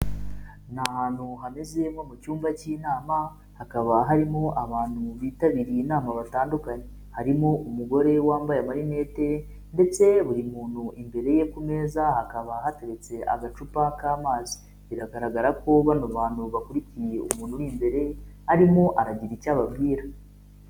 Ni ahantu hameze nko mu cyumba cy'inama hakaba harimo abantu bitabiriye inama batandukanye, harimo umugore wambaye amarinete ndetse buri muntu imbere ye ku meza hakaba hateretse agacupa k'amazi, bigaragara ko bano bantu bakurikiye umuntu uri imbere arimo aragira icyo ababwira.